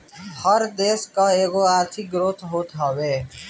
हर देस कअ एगो आर्थिक ग्रोथ होत हवे